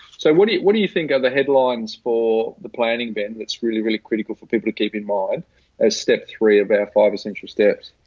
so what do you, what do you think are the headlines for the planning, ben, that's really, really critical for people to keep in mind as step three of our five essential steps?